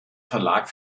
verlag